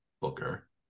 Booker